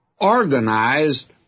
organized